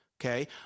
Okay